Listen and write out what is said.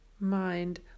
mind